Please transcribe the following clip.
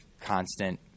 constant